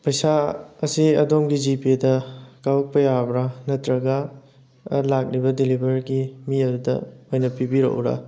ꯄꯩꯁꯥ ꯑꯁꯤ ꯑꯗꯣꯝꯒꯤ ꯖꯤ ꯄꯦꯗ ꯀꯥꯞꯄꯛꯄ ꯌꯥꯕ꯭ꯔꯥ ꯅꯠꯇ꯭ꯔꯒ ꯑ ꯂꯥꯛꯂꯤꯕ ꯗꯤꯂꯤꯕꯔꯒꯤ ꯃꯤ ꯑꯗꯨꯗ ꯑꯣꯏꯅ ꯄꯤꯕꯤꯔꯛꯎꯔꯥ